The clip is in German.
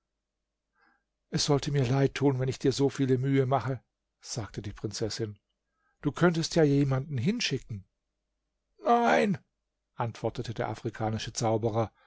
es sollte mir leid tun wenn ich dir so viele mühe machte sagte die prinzessin du könntest ja jemanden hinschicken nein antwortete der afrikanische zauberer